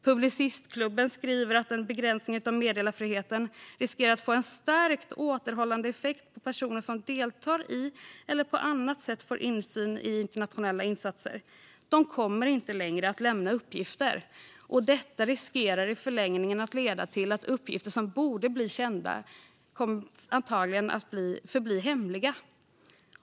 Publicistklubben skriver att en begränsning av meddelarfriheten riskerar att få en starkt återhållande effekt på personer som deltar i eller på annat sätt får insyn i internationella insatser. De kommer inte längre att lämna uppgifter, och detta riskerar i förlängningen att leda till att uppgifter som borde bli kända antagligen kommer att förbli hemliga.